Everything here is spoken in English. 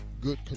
good